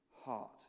heart